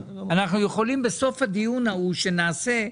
אנחנו יכולים בסוף הדיון ההוא שנעשה,